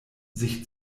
sich